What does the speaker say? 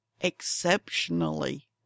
exceptionally